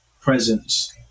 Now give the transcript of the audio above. presence